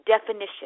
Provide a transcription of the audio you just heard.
definition